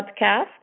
Podcast